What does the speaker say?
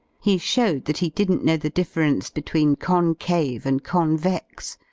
he showed that he didn't know the difference between concave and convex,